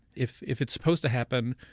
if if it's supposed to happen,